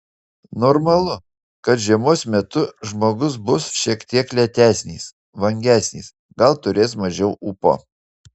normalu kad žiemos metu žmogus bus šiek tiek lėtesnis vangesnis gal turės mažiau ūpo